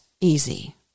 easy